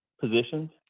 positions